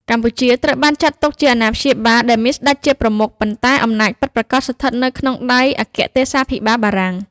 កម្ពុជាត្រូវបានចាត់ទុកជា អាណាព្យាបាល ដែលមានស្ដេចជាប្រមុខ ប៉ុន្តែអំណាចពិតប្រាកដស្ថិតនៅក្នុងដៃអគ្គទេសាភិបាលបារាំង។